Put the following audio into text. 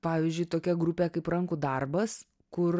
pavyzdžiui tokia grupė kaip rankų darbas kur